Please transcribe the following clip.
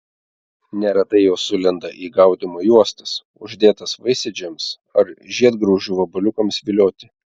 neretai jos sulenda į gaudymo juostas uždėtas vaisėdžiams ar žiedgraužių vabaliukams vilioti